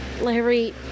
Larry